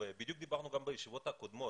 בדיוק דיברנו גם בישיבות הקודמות,